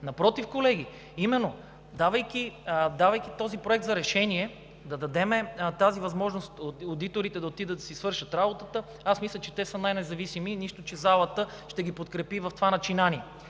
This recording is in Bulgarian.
Напротив, колеги! Именно, давайки този проект за решение, да дадем тази възможност одиторите да отидат да си свършат работата. Аз мисля, че те са най-независими, нищо че залата ще ги подкрепи в това начинание.